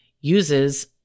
uses